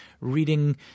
reading